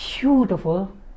beautiful